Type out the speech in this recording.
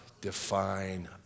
define